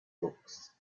books